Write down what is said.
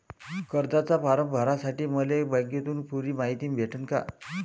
कर्जाचा फारम भरासाठी मले बँकेतून पुरी मायती भेटन का?